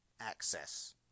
access